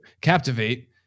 Captivate